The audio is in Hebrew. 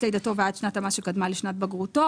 לידתו ועד לשנת המס שקדמה לשנת בגרותו,